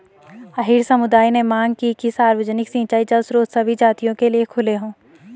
अहीर समुदाय ने मांग की कि सार्वजनिक सिंचाई जल स्रोत सभी जातियों के लिए खुले हों